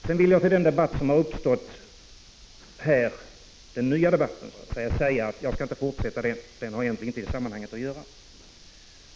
Jag skall inte fortsätta den så att säga nya debatt som uppstått här — den har egentligen inte i sammanhanget att göra.